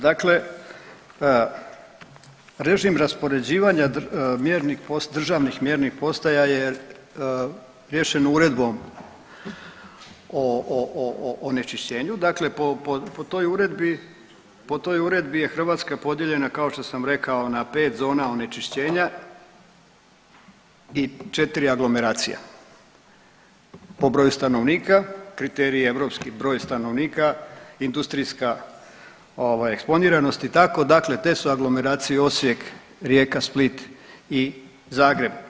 Dakle, režim raspoređivanja državnih mjernih postaja je riješeno uredbom o onečišćenju, dakle po toj uredbi je Hrvatska podijeljena kao što sam rekao na pet zona onečišćenja i četiri aglomeracije po broju stanovnika, kriterij je europski broj stanovnika, industrijska eksponiranost i tako, dakle te su aglomeracije Osijek, Rijeka, Split, i Zagreb.